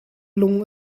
lung